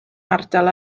ardal